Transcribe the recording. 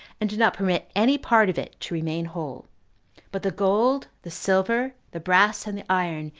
and did not permit any part of it to remain whole but the gold, the silver, the brass, and the iron,